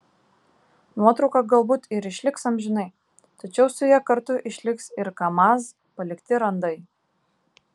nuotrauka galbūt ir išliks amžinai tačiau su ja kartu išliks ir kamaz palikti randai